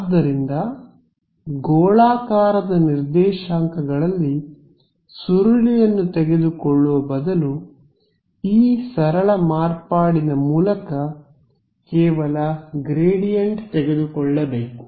ಆದ್ದರಿಂದ ಗೋಳಾಕಾರದ ನಿರ್ದೇಶಾಂಕಗಳಲ್ಲಿ ಸುರುಳಿಯನ್ನು ತೆಗೆದುಕೊಳ್ಳುವ ಬದಲು ಈ ಸರಳ ಮಾರ್ಪಾಡಿನ ಮೂಲಕ ಕೇವಲ ಗ್ರೇಡಿಯಂಟ್ ತೆಗೆದುಕೊಳ್ಳಬೇಕು